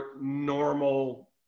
normal